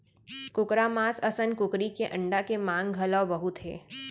कुकरा मांस असन कुकरी के अंडा के मांग घलौ बहुत हे